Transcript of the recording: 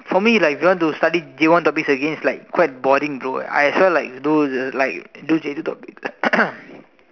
for me like you want to study J-one topics again is like quite boring bro I as well like I do J-two topics